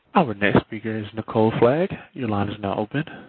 our next speaker is nicole flagg. your line is now open.